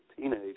teenage